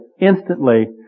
instantly